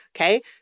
okay